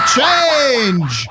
change